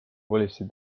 politsei